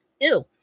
Ew